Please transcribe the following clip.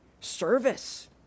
service